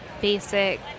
basic